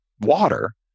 water